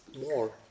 more